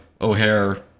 O'Hare